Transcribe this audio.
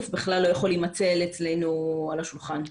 זה בכלל לא יוכל להימצא אצלנו על השולחן.